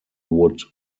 would